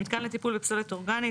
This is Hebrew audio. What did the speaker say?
מיתקן לטיפול בפסולת אורגנית,